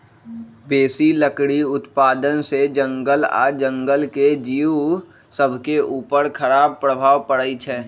बेशी लकड़ी उत्पादन से जङगल आऽ जङ्गल के जिउ सभके उपर खड़ाप प्रभाव पड़इ छै